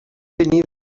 venir